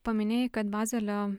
paminėjai kad bazelio